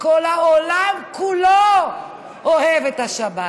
כל העולם כולו אוהב את השבת.